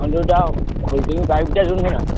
ହଁ ଯେଉଁ ଓଲଡ଼ିଙ୍ଗ ପାଇପ୍ଟା ଯେଉଁ ନୁହେଁ